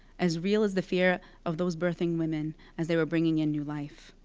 as real as the fear of those birthing women as they were bringing in new life.